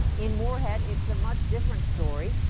in moorhead, it's a much different story.